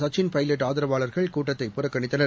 சச்சின் பைலட் ஆதரவாளர்கள் கூட்டத்தை புறக்கணித்தனர்